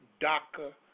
DACA